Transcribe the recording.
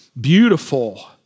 beautiful